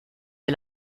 der